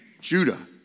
Judah